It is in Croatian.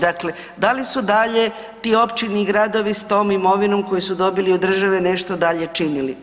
Dakle, da li su dalje ti općine i gradovi s tom imovinom koju su dobili od države nešto dalje činili.